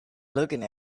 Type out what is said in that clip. looking